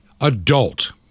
adult